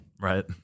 Right